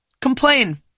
Complain